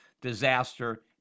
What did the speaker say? disaster